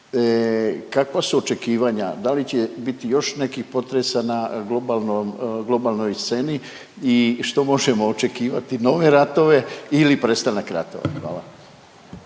kakva su očekivanja? Da li će biti još nekih potresa na globalnoj sceni i što možemo očekivati nove ratove ili prestanak ratova? Hvala.